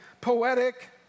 poetic